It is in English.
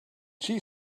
she